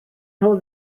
nhw